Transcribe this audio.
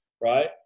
right